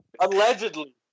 Allegedly